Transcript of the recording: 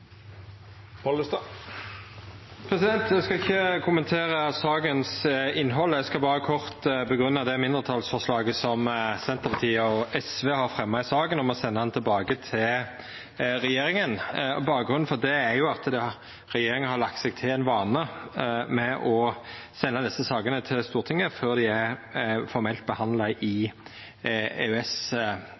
Eg skal ikkje kommentera innhaldet i saka. Eg skal berre kort grunngje det mindretalsforslaget som Senterpartiet og SV har fremja i saka, om å senda proposisjonen tilbake til regjeringa. Bakgrunnen for det er at regjeringa har lagt seg til ein vane med å senda desse sakene til Stortinget før dei er formelt behandla i